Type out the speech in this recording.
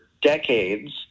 decades